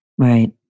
Right